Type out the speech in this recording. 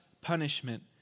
punishment